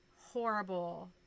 horrible